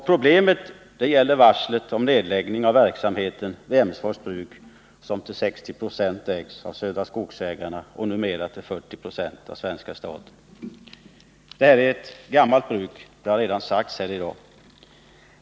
Problemet gäller varslet om nedläggningen vid Emsfors bruk som till 60 96 ägs av Södra Skogsägarna och numera till 40 96 av svenska staten. Det här är ett gammalt bruk — det har redan sagts här i dag.